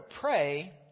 pray